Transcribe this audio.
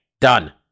Done